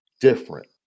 different